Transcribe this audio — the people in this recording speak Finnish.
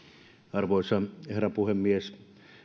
arvoisa herra puhemies